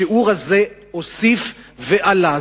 השיעור הזה הוסיף ועלה.